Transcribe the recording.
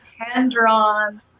hand-drawn